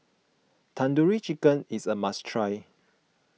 Tandoori Chicken is a must try